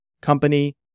company